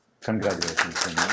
Congratulations